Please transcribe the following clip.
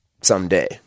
someday